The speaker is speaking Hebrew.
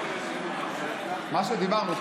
מה שדיברנו,